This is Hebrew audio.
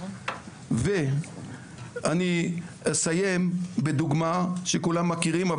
ואני אסיים בדוגמה שכולם מכירים,